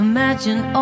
Imagine